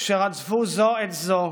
שרדפו זו את זו,